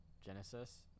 Genesis